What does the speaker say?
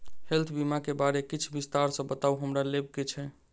Health बीमा केँ बारे किछ विस्तार सऽ बताउ हमरा लेबऽ केँ छयः?